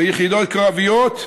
ביחידות קרביות,